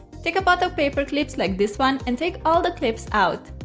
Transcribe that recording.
take a pot of paper clips like this one and take all the clips out.